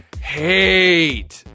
hate